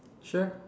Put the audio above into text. sure